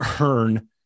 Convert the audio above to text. earn